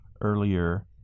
earlier